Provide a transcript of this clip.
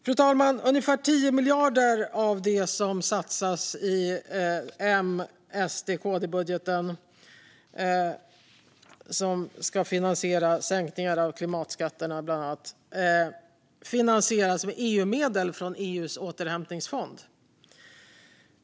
Fru talman! Ungefär 10 miljarder av det som satsas i M-SD-KD-budgeten, som bland annat ska finansiera sänkningarna av klimatskatterna, finansieras med EU-medel från EU:s återhämtningsfond.